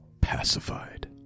pacified